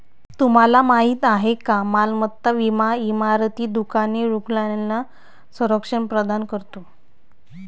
तुम्हाला माहिती आहे का मालमत्ता विमा इमारती, दुकाने, रुग्णालयांना संरक्षण प्रदान करतो